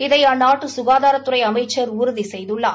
இதை அந்நாட்டு சுகாதாரத்துறை அமைச்சர் உறுதி செய்துள்ளார்